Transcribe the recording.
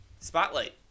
spotlight